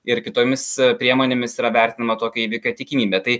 ir kitomis priemonėmis yra vertinama tokio įvykio tikimybė tai